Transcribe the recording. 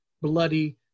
bloody